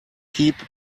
keep